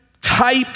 type